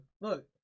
Look